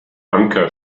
anker